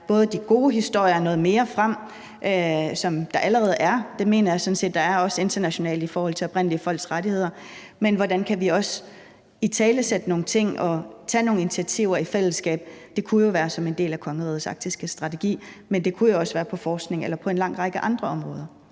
på de gode historier og få, hvad der allerede er, mere frem. Det mener jeg sådan set også at der er internationalt i forhold til oprindelige folks rettigheder. Men hvordan kan vi også italesætte nogle ting og tage nogle initiativer i fællesskab? Det kunne jo være som en del af kongerigets arktiske strategi, men det kunne jo også være på forskningsområdet eller på en lang række andre områder.